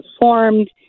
formed